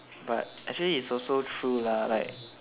but actually is also true lah like